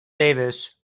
davis